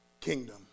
kingdom